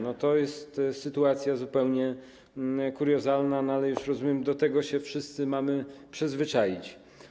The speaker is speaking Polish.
No to jest sytuacja zupełnie kuriozalna, ale już, rozumiem, do tego się wszyscy mamy przyzwyczaić.